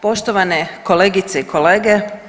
Poštovane kolegice i kolege.